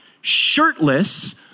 shirtless